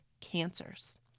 cancers